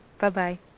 bye-bye